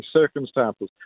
circumstances